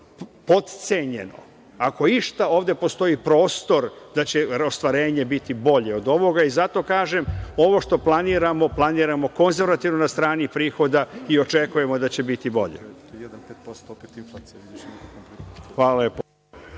potcenjeno. Ako išta, ovde postoji prostor da će ostvarenje biti bolje od ovoga i zato kažem, ovo što planiramo, planiramo konzervativno na strani prihoda i očekujemo da će biti bolje.